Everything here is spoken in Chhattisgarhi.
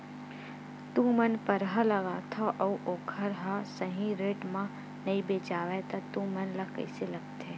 तू मन परहा लगाथव अउ ओखर हा सही रेट मा नई बेचवाए तू मन ला कइसे लगथे?